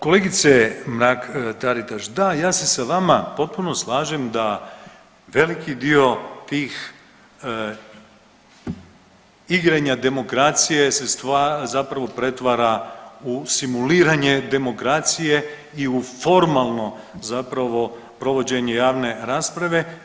Kolegice Mrak Taritaš, da ja se sa vama potpuno slažem da veliki dio tih igranja demokracije se zapravo pretvara u simuliranje demokracije i u formalno zapravo provođenje javne rasprave.